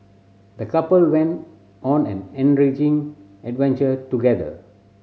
the couple went on an enriching adventure together